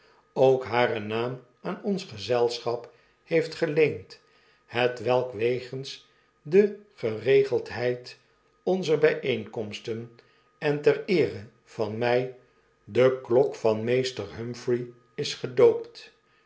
ook haren naam aan ons gezelschap heeft geleend hetwelk wegens de geregeldheid onzer bijeenkomsten en ter eere van my d e klokvanmeesterhurap h r e y is gedoopt